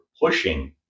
pushing